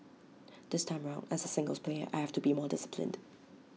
this time round as A singles player I have to be more disciplined